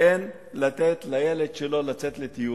שאין בידו לתת לילד שלו לצאת לטיול?